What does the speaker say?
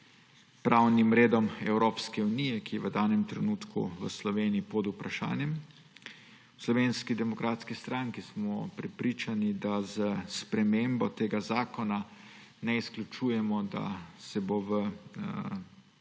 pravnemu redu Evropske unije, ki je v danem trenutku v Sloveniji pod vprašajem. V Slovenski demokratski stranki smo prepričani, da s spremembo tega zakona ne izključujemo, da se bo v